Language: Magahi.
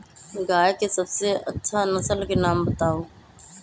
गाय के सबसे अच्छा नसल के नाम बताऊ?